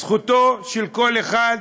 זכותו של כל אחד,